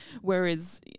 Whereas